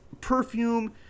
Perfume